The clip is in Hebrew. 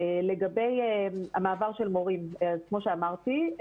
לגבי המעבר של מורים כמו שאמרתי,